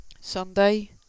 Sunday